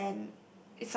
and